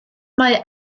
mae